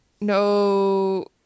No